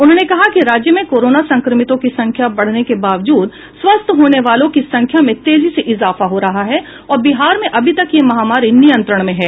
उन्होंने कहा कि राज्य में कोरोना संक्रमितों की संख्या बढ़ने के बावजूद स्वस्थ होने वालों की संख्या में तेजी से इजाफा हो रहा है और बिहार में अभी तक यह महामारी नियंत्रण में है